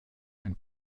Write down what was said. ein